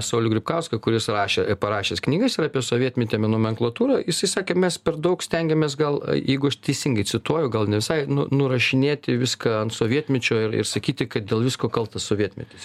saulių gripkauską kuris rašė parašęs knygas yra apie sovietmetį nomenklatūrą jisai sakė mes per daug stengiamės gal jeigu aš teisingai cituoju gal nevisai nu nurašinėti viską ant sovietmečio ir ir sakyti kad dėl visko kaltas sovietmetis